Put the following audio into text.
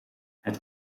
het